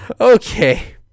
Okay